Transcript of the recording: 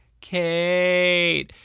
Kate